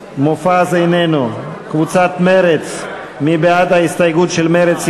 ההסתייגויות של קבוצת סיעת חד"ש לסעיף 21,